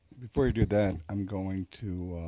before you do that, i'm going to